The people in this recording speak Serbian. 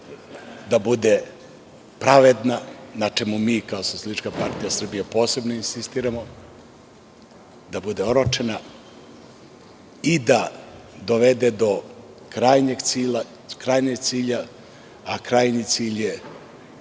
da bude pravedna, na čemu mi kao SPS posebno insistiramo, da bude oročena i da dovede do krajnjeg cilja, a krajnji cilj je